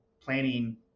planning